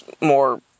more